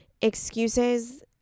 Excuses